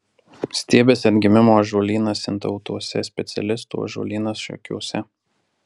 stiebiasi atgimimo ąžuolynas sintautuose specialistų ąžuolynas šakiuose